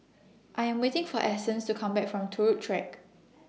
I Am waiting For Essence to Come Back from Turut Track